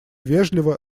вежливо